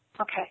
Okay